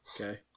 okay